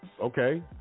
Okay